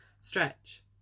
Stretch